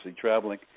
traveling